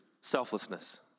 selflessness